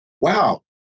wow